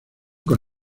con